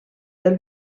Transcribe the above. del